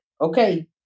Okay